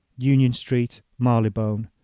union-street, mary-le-bone,